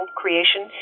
creation